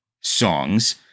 songs